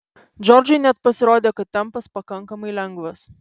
džordžui net pasirodė kad tempas pakankamai lengvas